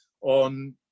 on